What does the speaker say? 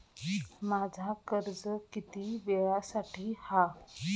माझा कर्ज किती वेळासाठी हा?